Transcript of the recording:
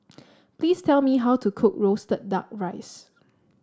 please tell me how to cook roasted duck rice